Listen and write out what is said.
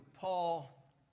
Paul